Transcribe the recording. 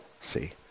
see